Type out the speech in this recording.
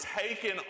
taken